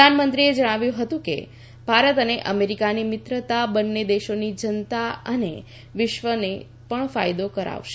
પ્રધાનમંત્રીએ જણાવ્યું હતું કે ભારત અને અમેરિકાની મિત્રતા બંને દેશોની જનતા અને વિશ્વને પણ ફાયદો કરશે